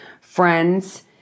friends